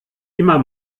immer